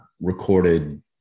recorded